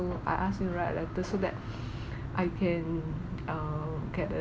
I ask him to write a letter so that I can err get a